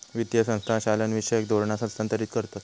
वित्तीय संस्था चालनाविषयक धोरणा हस्थांतरीत करतत